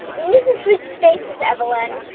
we need to switch spaces evelyn.